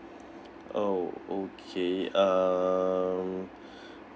oh okay um